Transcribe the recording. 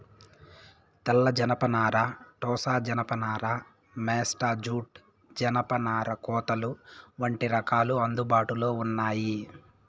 తెల్ల జనపనార, టోసా జానప నార, మేస్టా జూట్, జనపనార కోతలు వంటి రకాలు అందుబాటులో ఉన్నాయి